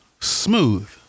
Smooth